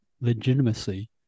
legitimacy